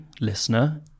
listener